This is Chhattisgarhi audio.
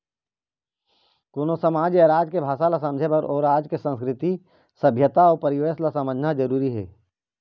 कोनो समाज या राज के भासा ल समझे बर ओ राज के संस्कृति, सभ्यता अउ परिवेस ल समझना जरुरी हे